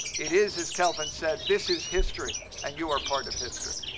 it is as kelvin said, this is history, and you are part of history.